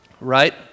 right